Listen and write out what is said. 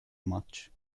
much